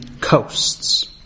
coasts